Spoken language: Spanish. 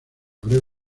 breve